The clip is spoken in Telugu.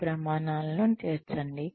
ఈ ప్రమాణాలను చేర్చండి